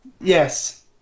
Yes